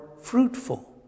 fruitful